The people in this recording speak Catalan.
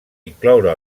incloure